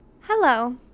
hello